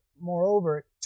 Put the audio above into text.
moreover